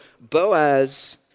Boaz